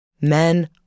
Men